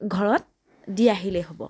ঘৰত দি আহিলেই হ'ব